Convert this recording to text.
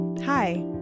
Hi